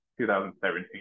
2017